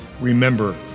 Remember